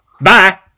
Bye